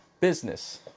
business